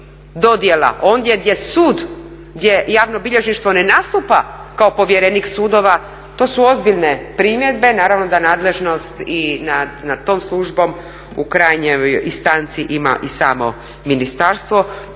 dodjela ondje gdje javno bilježništvo ne nastupa kao povjerenik sudova to su ozbiljne primjedbe. Naravno da nadležnost i nad tom službom u krajnjoj instanci ima i samo ministarstvo.